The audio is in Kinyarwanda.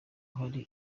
hari